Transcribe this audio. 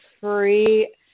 free